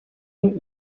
und